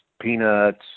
peanuts